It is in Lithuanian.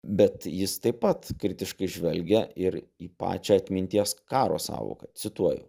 bet jis taip pat kritiškai žvelgia ir į pačią atminties karo sąvoką cituoju